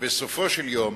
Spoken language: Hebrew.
שבסופו של יום